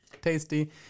Tasty